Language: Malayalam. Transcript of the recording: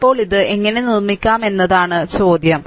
ഇപ്പോൾ ഇത് എങ്ങനെ നിർമ്മിക്കാമെന്നതാണ് ചോദ്യം